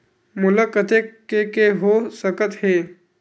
मोला कतेक के के हो सकत हे?